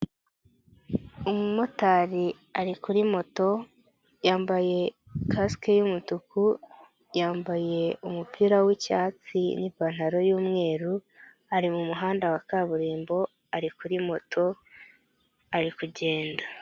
Umumotari ari kuri moto yambaye kasike y'umutuku, yambaye umupira w'icyatsi n'ipantaro y'umweru, ari mu muhanda wa kaburimbo ari kuri moto ari kugenda.